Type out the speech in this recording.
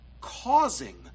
causing